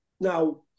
now